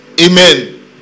Amen